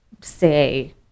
say